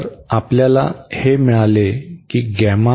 तर आपल्याला हे मिळाले की